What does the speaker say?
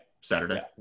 Saturday